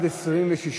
סעיף 1 נתקבל.